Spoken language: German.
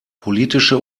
politische